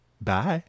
Bye